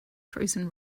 frozen